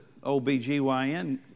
OBGYN